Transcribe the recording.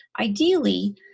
Ideally